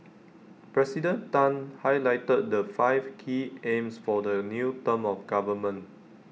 President Tan highlighted the five key aims for the new term of government